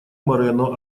морено